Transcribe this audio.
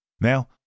Now